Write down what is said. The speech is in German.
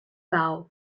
bau